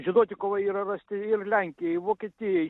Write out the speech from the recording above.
žinoti kovai yra rasti ir lenkijoj vokietijoj